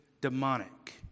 demonic